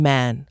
Man